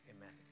amen